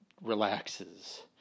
relaxes